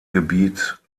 gebiet